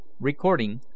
Recording